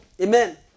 Amen